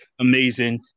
amazing